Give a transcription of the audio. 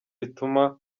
bituma